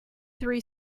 three